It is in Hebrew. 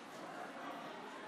55 נגד,